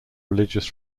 religious